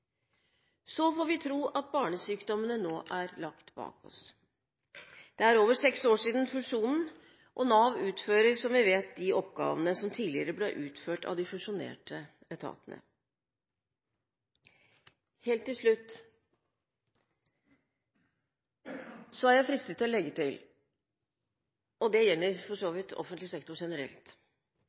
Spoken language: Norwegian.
Så får vi tro at barnesykdommene nå er lagt bak oss. Det er over seks år siden fusjonen, og Nav utfører, som vi vet, de oppgavene som tidligere ble utført av de fusjonerte etatene. Helt til slutt er jeg fristet å legge til – og dette gjelder for så vidt offentlig sektor generelt